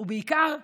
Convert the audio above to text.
ובעיקר בשר,